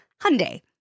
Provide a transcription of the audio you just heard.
Hyundai